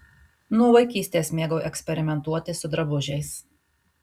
nuo vaikystės mėgau eksperimentuoti su drabužiais